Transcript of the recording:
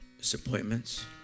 disappointments